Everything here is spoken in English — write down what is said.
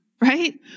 Right